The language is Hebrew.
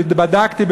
בדקתי,